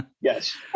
yes